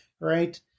right